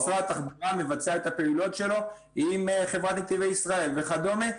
משרד התחברות מבצע את הפעילויות שלו עם חברת נתיבי ישראל וכדומה.